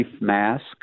mask